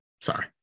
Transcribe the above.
sorry